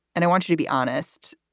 and i want you to be honest.